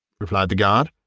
replied the guard.